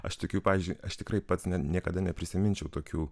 aš tikiu pavyzdžiui aš tikrai pats niekada neprisiminčiau tokių